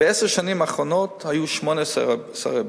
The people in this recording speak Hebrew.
בעשר השנים האחרונות היו שמונה שרי בריאות,